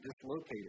dislocated